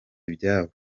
ibyabo